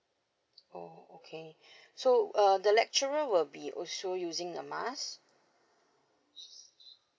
oh okay so uh the lecturer will be also show using a mask